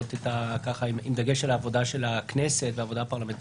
לראות עם דגש על עבודת הכנסת ועבודה פרלמנטרית.